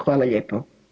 Hvala lijepo.